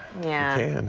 yeah.